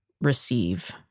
receive